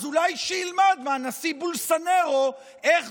אז אולי שילמד מהנשיא בולסונארו איך